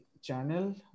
channel